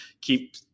keep